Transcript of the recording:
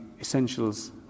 Essentials